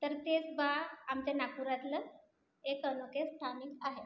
तर तेच बा आमच्या नागपूरातलं एक अनोखे स्थानिक आहे